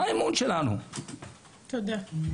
תודה.